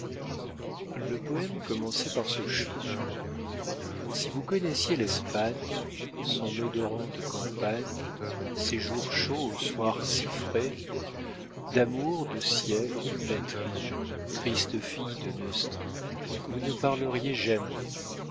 le poème commençait par ce chant si vous connaissiez l'espagne son odorante campagne ses jours chauds aux soirs si frais d'amour de ciel de patrie tristes filles de neustrie vous ne parleriez jamais